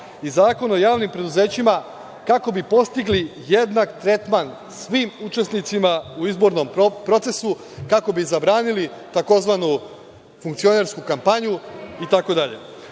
Zakon o javnim preduzećima kako bi postigli jednak tretman svim učesnicima u izbornom procesu, kako bi zabranili tzv. funkcionersku kampanju i